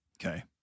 Okay